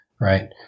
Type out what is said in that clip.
Right